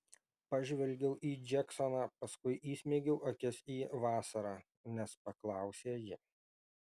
pažvelgiau į džeksoną paskui įsmeigiau akis į vasarą nes paklausė ji